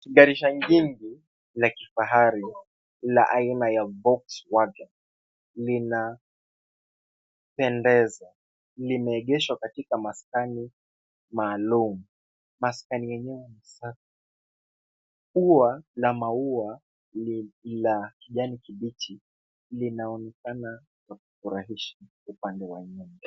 Gari shangingi la kifahari la aina ya Volkswagen linapendwa. Limeegeshwa katika maskani maalum. Maskini yenyewe ni safi. Ua la maua ya kijani kibichi, linaonekana kufurahisha upande wa nyuma.